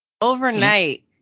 Overnight